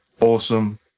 Awesome